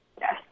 Yes